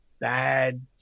bad